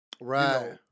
Right